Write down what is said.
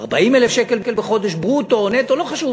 40,000 שקל בחודש ברוטו או נטו, לא חשוב